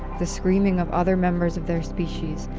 the screaming of other members of their species,